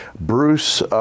Bruce